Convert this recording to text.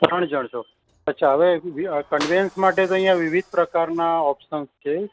ત્રણ જણ છો અચ્છા હવે કન્વેયન્સ માટે અહિયાં વિવિધ પ્રકારના ઓપ્શન્સ છે